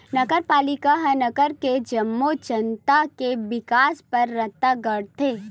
नगरपालिका ह नगर के जम्मो जनता के बिकास बर रद्दा गढ़थे